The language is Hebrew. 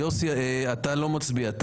יוסי טייב אתה לא מצביע.